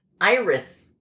Iris